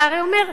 אתה הרי אומר,